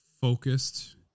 focused